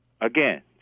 again